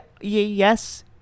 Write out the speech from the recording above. yes